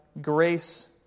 grace